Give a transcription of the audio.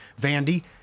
Vandy